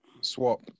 swap